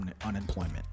unemployment